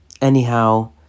anyhow